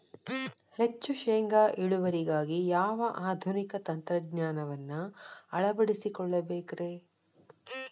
ಹೆಚ್ಚು ಶೇಂಗಾ ಇಳುವರಿಗಾಗಿ ಯಾವ ಆಧುನಿಕ ತಂತ್ರಜ್ಞಾನವನ್ನ ಅಳವಡಿಸಿಕೊಳ್ಳಬೇಕರೇ?